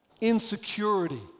insecurity